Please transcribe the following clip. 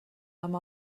amb